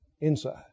Inside